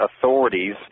authorities